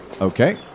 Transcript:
Okay